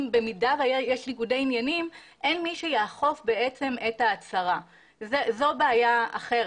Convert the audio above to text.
ההצהרה אם במידה ויש ניגודי עניינים זו בעיה אחרת.